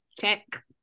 check